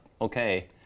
okay